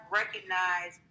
recognize